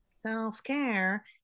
self-care